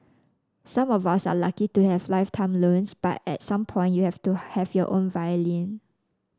some of us are lucky to have lifetime loans but at some point you have to have your own violin